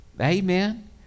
Amen